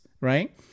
Right